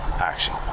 action